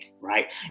right